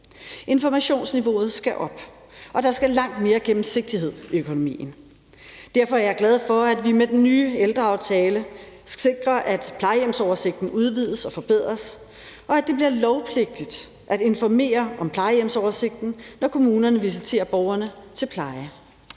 Informationsniveauet skal op, og der skal langt mere gennemsigtighed i økonomien. Derfor er jeg glad for, at vi med den nye ældreaftale sikrer, at plejehjemsoversigten udvides og forbedres, og at det bliver lovpligtigt at informere om plejehjemsoversigten, når kommunerne visiterer borgerne til pleje.